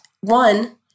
One